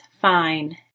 Fine